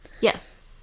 Yes